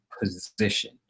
position